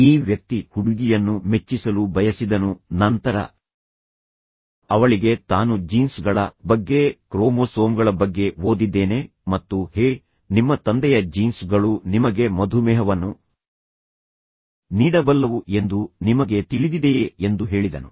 ಈ ವ್ಯಕ್ತಿ ಹುಡುಗಿಯನ್ನು ಮೆಚ್ಚಿಸಲು ಬಯಸಿದನು ನಂತರ ಅವಳಿಗೆ ತಾನು ಜೀನ್ಸ್ ಗಳ ಬಗ್ಗೆ ಕ್ರೋಮೋಸೋಮ್ಗಳ ಬಗ್ಗೆ ಓದಿದ್ದೇನೆ ಮತ್ತು ಹೇ ನಿಮ್ಮ ತಂದೆಯ ಜೀನ್ಸ್ ಗಳು ನಿಮಗೆ ಮಧುಮೇಹವನ್ನು ನೀಡಬಲ್ಲವು ಎಂದು ನಿಮಗೆ ತಿಳಿದಿದೆಯೇ ಎಂದು ಹೇಳಿದನು